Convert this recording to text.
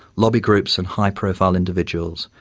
lobby groups and high profile individuals,